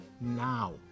now